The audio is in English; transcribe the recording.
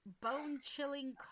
bone-chilling